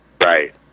right